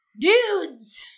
Dudes